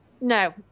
No